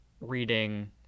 reading